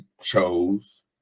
chose